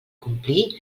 complir